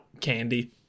candy